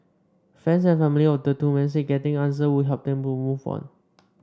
friends and family of the two men said getting answer would help them to move on